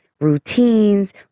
routines